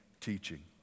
teaching